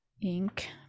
Ink